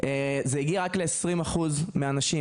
זה הגיע רק ל-20 אחוז מהאנשים,